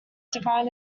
divine